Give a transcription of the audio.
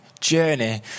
journey